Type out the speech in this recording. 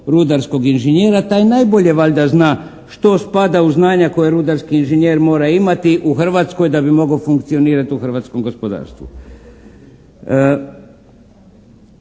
rudarskog inženjera taj najbolje valjda zna što spada u znanja koja rudarski inženjer mora imati u Hrvatskoj da bi mogao funkcionirati u hrvatskom gospodarstvu.